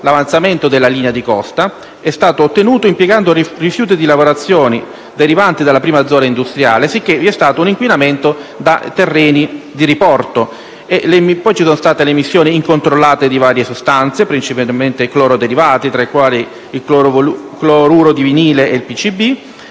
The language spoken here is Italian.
l'avanzamento della linea di costa, che è stato ottenuto impiegando rifiuti di lavorazione derivanti dalla prima zona industriale, sicché vi è stato un inquinamento da terreni di riporto; le emissioni incontrollate di varie sostanze, principalmente cloroderivati, tra i quali il cloruro di vinile e il PCB;